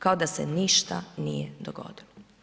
Kao da se ništa nije dogodilo.